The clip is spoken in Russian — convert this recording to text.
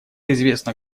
известно